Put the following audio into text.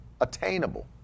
attainable